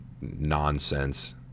nonsense